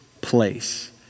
place